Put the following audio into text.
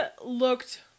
looked